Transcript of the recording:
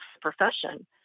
profession